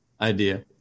idea